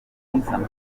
amahirwe